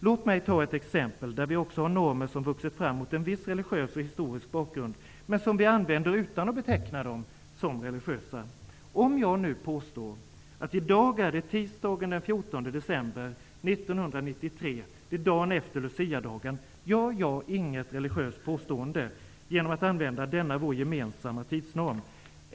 Låt mig ta ett exempel på normer som vuxit fram mot en viss religiös och historisk bakgrund, men som vi använder utan att beteckna dem som religiösa. Om jag nu påstår att det i dag är tisdagen den 14 december 1993, dagen efter Luciadagen, gör jag inget religiöst påstående genom att använda denna gemensamma tidsnorm.